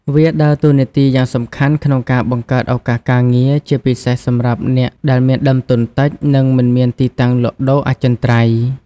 វាដើរតួនាទីយ៉ាងសំខាន់ក្នុងការបង្កើតឱកាសការងារ ជាពិសេសសម្រាប់អ្នកដែល មានដើមទុនតិច និងមិនមានទីតាំងលក់ដូរអចិន្ត្រៃយ៍។